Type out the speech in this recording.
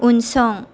उनसं